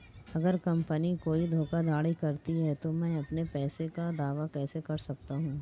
अगर कंपनी कोई धोखाधड़ी करती है तो मैं अपने पैसे का दावा कैसे कर सकता हूं?